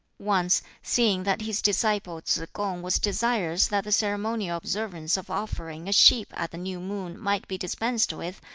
once, seeing that his disciple tsz-kung was desirous that the ceremonial observance of offering a sheep at the new moon might be dispensed with,